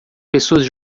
pessoas